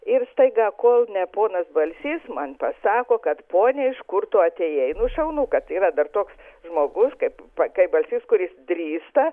ir staiga kol ne ponas balsys man pasako kad ponia iš kur tu atėjai nu šaunu kad yra dar toks žmogus kaip balsys kuris drįsta